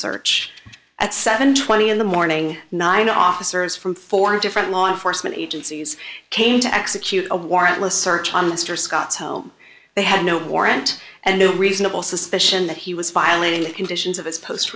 search at seven twenty in the morning nine officers from four different law enforcement agencies came to execute a warrantless search scott's home they had no warrant and no reasonable suspicion that he was violating the conditions of his post